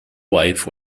wife